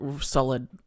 solid